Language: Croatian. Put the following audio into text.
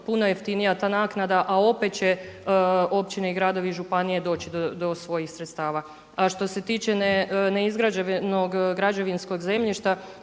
puno jeftinija ta naknada, a opet će općine, gradovi i županije doći do svojih sredstava. Što se tiče neizgrađenog građevinskog zemljišta,